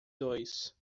dois